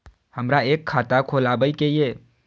हमरा एक खाता खोलाबई के ये?